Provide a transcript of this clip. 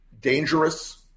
dangerous